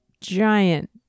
giant